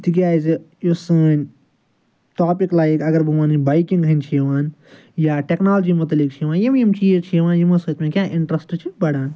تِکیٚازِ یُس سٲنۍ ٹاپِک لایک اگر بہٕ ونہٕ بایکِنگ ہٕنٛدۍ چھِ یِوان یا ٹیکنالجی متعلِق چھِ یِوان یِم یِم چیٖز چھِ یِوان یِمو سۭتۍ مےٚ کیٛاہ انٹرسٹ چھِ بڑان